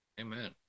Amen